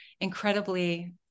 incredibly